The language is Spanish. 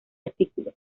artículo